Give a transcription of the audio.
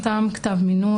נחתם כתב מינוי.